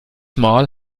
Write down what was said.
mal